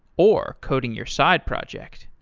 or coding your side project.